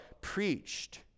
preached